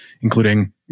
including